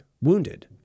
wounded